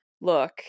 Look